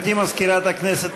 גברתי מזכירת הכנסת,